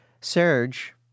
Serge